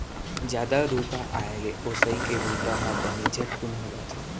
जादा धुका आए ले ओसई के बूता ह बने झटकुन हो जाथे